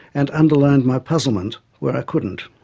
and underlining my puzzlement where i couldn't.